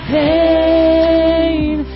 pain